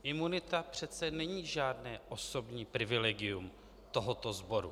Imunita přece není žádné osobní privilegium tohoto sboru.